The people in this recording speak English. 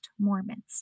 Mormons